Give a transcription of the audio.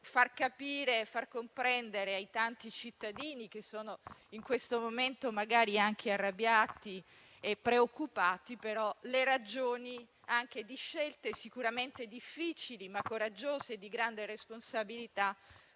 anche far comprendere ai tanti cittadini, che in questo momento magari sono arrabbiati e preoccupati, le ragioni di scelte sicuramente difficili, ma coraggiose e di grande responsabilità,